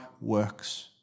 works